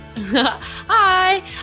Hi